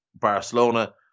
Barcelona